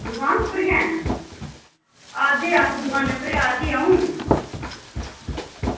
दुकान उप्पर गै न ते दुकानै उप्पर आवा दी ही अंऊ